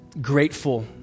grateful